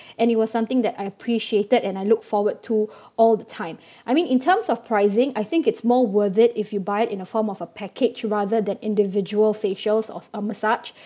and it was something that I appreciated and I look forward to all the time I mean in terms of pricing I think it's more worth it if you buy in a form of a package rather than individual facials or s~ a massage